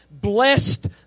blessed